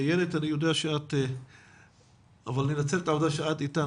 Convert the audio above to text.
אילת, אני אנצל את העובדה שאת איתנו.